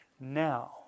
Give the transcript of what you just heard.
Now